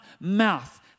mouth